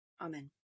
Amen